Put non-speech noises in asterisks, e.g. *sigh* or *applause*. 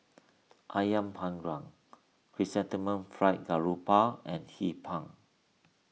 *noise* Ayam Panggang Chrysanthemum Fried Garoupa and Hee Pan